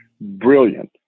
brilliant